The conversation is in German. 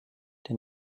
der